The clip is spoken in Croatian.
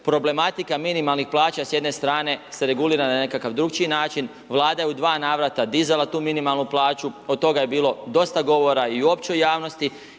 problematika minimalnih plaća s jedne strane se regulira na nekakav drukčiji način, vlada je u dva navrata dizala tu minimalnu plaću, od toga je bilo dosta govora i u općoj javnosti